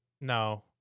No